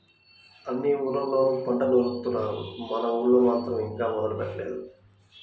అన్ని ఊర్లళ్ళోనూ పంట నూరుత్తున్నారు, మన ఊళ్ళో మాత్రం ఇంకా మొదలే పెట్టలేదు